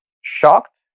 shocked